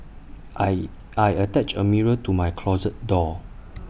I I attached A mirror to my closet door